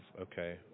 okay